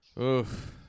Oof